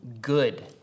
good